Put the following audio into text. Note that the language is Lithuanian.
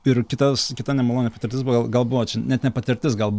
ir kitas kita nemaloni patirtis buvo gal gal buvo čia net ne patirtis gal